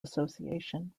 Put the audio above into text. association